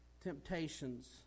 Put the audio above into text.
temptations